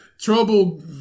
Trouble